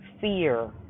fear